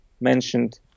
mentioned